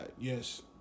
yes